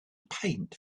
paint